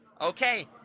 Okay